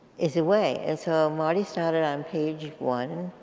is away. and so marty started on page one.